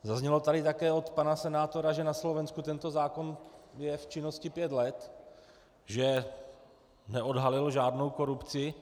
Zaznělo tady od pana senátora, že na Slovensku je tento zákon v činnosti pět let, že neodhalil žádnou korupci.